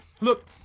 Look